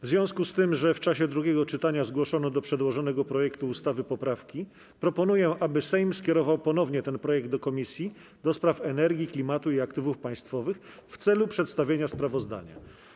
W związku z tym, że w czasie drugiego czytania zgłoszono do przedłożonego projekt ustawy poprawki, proponuję, aby Sejm skierował ponownie ten projekt do Komisji do Spraw Energii, Klimatu i Aktywów Państwowych w celu przedstawienia sprawozdania.